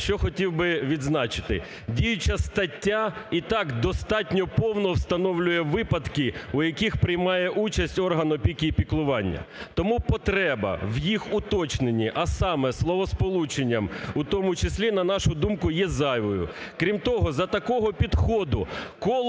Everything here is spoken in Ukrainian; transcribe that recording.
Що хотів би відзначити? Діюча стаття і так достатньо повно встановлює випадки у яких приймає участь орган опіки і піклування. Тому потреба в їх уточненні, а саме, словосполученням "у тому числі", на нашу думку, є зайвим. Крім того, за такого підходу коло